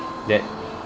that